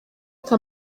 nka